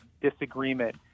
disagreement